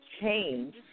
change